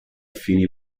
fini